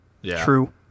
True